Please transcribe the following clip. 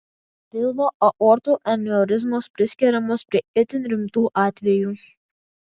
pilvo aortų aneurizmos priskiriamos prie itin rimtų atvejų